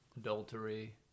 adultery